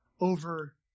over